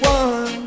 one